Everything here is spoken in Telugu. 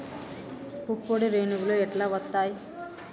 పుప్పొడి రేణువులు ఎట్లా వత్తయ్?